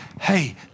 hey